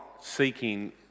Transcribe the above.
seeking